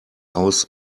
aus